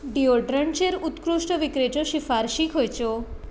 डिओड्रंटाचेर उत्कृश्ट विकरेच्यो शिफारशी खंयच्यो